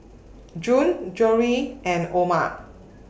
June Jory and Omer